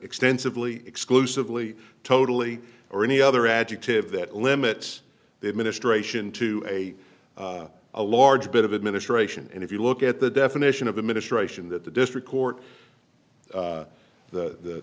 extensively exclusively totally or any other adjective that limits the administration to a a large bit of administration and if you look at the definition of administration that the district court